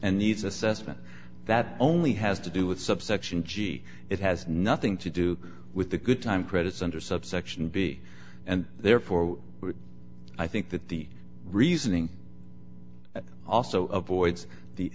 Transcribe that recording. and needs assessment that only has to do with subsection g it has nothing to do with the good time credits under subsection b and therefore i think that the reasoning also avoids the